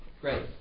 great